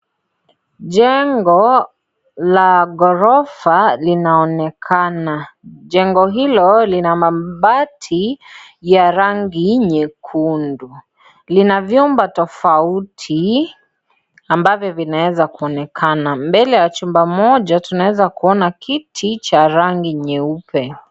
Jengo la ghorofa linaonekana, jengo hilo lina mabati ya rangi nyekundu .Lina vyumba tofauti ambvyo vinaweza kuonekana , mbele ya chumba moja tunaeza kuona kiti ya rangi nyeupe.